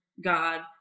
God